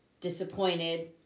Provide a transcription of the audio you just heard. disappointed